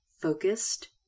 focused